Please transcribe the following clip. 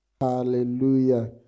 Hallelujah